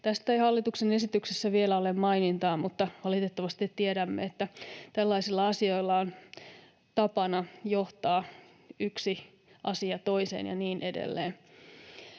Tästä ei hallituksen esityksessä vielä ole mainintaa, mutta valitettavasti tiedämme, että tällaisissa asioissa on tapana, että yksi asia johtaa toiseen ja niin edelleen.